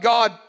God